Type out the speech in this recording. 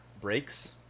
breaks